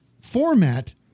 format